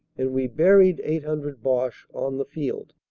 and we buried eight hundred boche on the field.